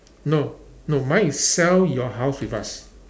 no no mine is sell your house with us